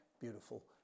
beautiful